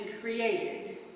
created